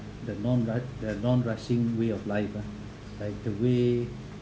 the non r~ the non rushing way of life lah like the way